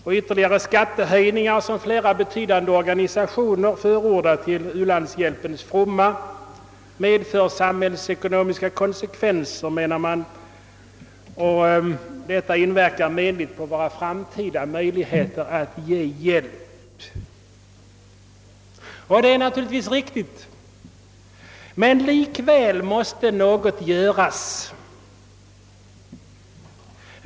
Och de ytterligare skatte höjningar som flera betydande organisationer förordat till u-landshjälpens fromma får, har det framhållits, samhällsekonomiska <:konsekvenser som skulle inverka menligt på våra framtida möjligheter att ge hjälp. Allt detta är naturligtvis riktigt. Men ändå måste något göras.